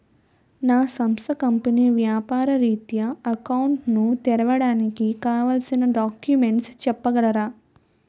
నా సంస్థ కంపెనీ వ్యాపార రిత్య అకౌంట్ ను తెరవడానికి కావాల్సిన డాక్యుమెంట్స్ చెప్పగలరా?